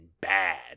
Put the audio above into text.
bad